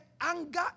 Anger